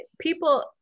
people